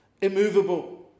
immovable